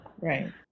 Right